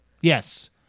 Yes